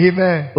Amen